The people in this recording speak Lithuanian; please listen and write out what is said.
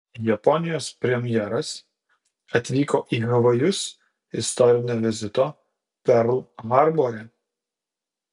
japonijos premjeras atvyko į havajus istorinio vizito perl harbore